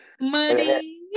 money